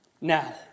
now